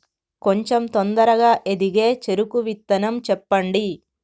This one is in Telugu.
కొంచం తొందరగా ఎదిగే చెరుకు విత్తనం చెప్పండి?